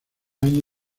años